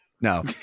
no